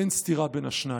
אין סתירה בין השניים.